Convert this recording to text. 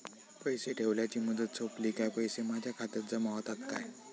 पैसे ठेवल्याची मुदत सोपली काय पैसे माझ्या खात्यात जमा होतात काय?